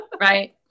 Right